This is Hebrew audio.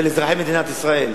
ולאזרחי מדינת ישראל,